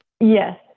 Yes